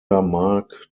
mark